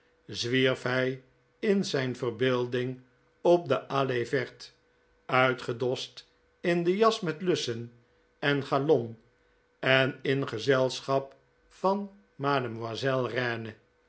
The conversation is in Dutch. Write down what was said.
zvvierf hij in zijn verbeelding op de allee verte uitgedost in de jas met lussen en galon en in gezelschap van mademoiselle